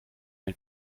ein